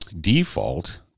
default